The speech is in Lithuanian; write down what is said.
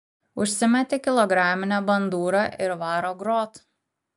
užsimetė kilograminę bandūrą ir varo grot